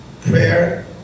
Prayer